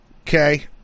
Okay